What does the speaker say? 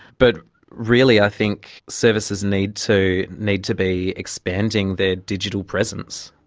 but really i think services need to need to be expanding their digital presence.